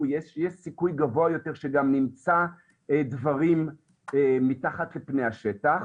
יש סיכוי גבוה יותר שגם נמצא דברים מתחת לפני השטח,